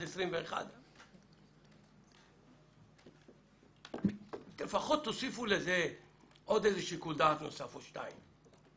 21. לפחות תוסיפו לזה שיקול דעת נוסף או שניים.